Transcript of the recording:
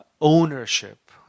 ownership